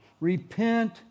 Repent